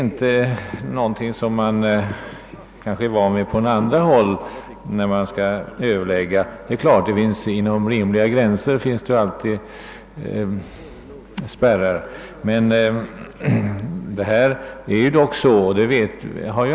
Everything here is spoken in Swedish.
Något sådant är vi ju inte vana vid från andra förhandlingar, även om det inom rimliga gränser alltid finns spärrar.